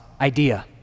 idea